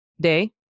day